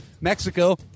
mexico